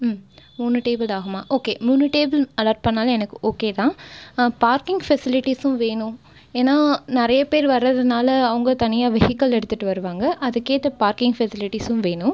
ஆமாம் மூணு டேபிள் தான் ஆமாம் ஓகே மூணு டேபிள் அல்லாட் பண்ணிணாலும் எனக்கு ஓகே தான் பார்க்கிங் ஃபெசிலிட்டிசும் வேணும் ஏன்னால் நிறைய பேர் வரதுனால அவங்க தனியாக வெஹிகிள் எடுத்துகிட்டு வருவாங்க அதுக்கேற்ற பாக்கிங் ஃபெசிலிட்டிசும் வேணும்